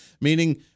meaning